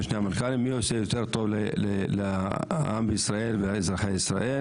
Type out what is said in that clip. המנכ"לים מי עושה טוב יותר לאזרחי ישראל.